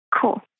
Cool